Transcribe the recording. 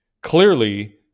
clearly